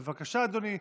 בבקשה, אדוני.